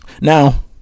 Now